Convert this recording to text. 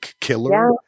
killer